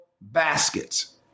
baskets